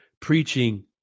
preaching